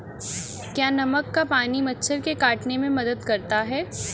क्या नमक का पानी मच्छर के काटने में मदद करता है?